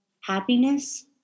happiness